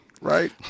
Right